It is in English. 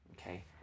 Okay